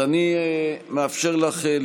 אני מאפשר לך,